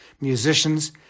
musicians